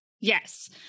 Yes